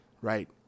right